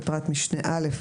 בפרט משנה (א),